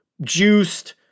Juiced